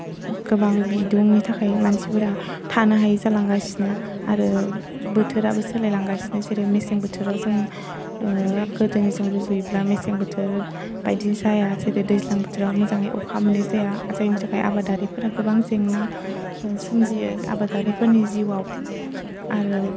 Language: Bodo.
गोबां बिदुंनि थाखाय मानसिफोरा थानो हायि जालांगासिनो आरो बोथोराबो सोलायलांगासिनो जेरै मेसें बोथोराव जों गोदोनिजों रुजुयोब्ला मेसें बोथोर बायदि जाया जेरै दैज्लां बोथोराव मोजाङै अखा मोननाय जाया जायनि थाखाय आबादारिफोरा गोबां जेंना सोमजियो आबादारिफोरनि जिउआव आरो